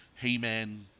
He-Man